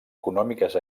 econòmiques